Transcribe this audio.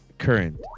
current